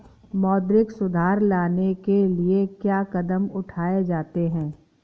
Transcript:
मौद्रिक सुधार लाने के लिए क्या कदम उठाए जाते हैं